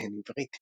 ביניהן עברית.